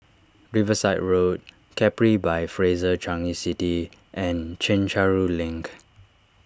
Riverside Road Capri by Fraser Changi City and Chencharu Link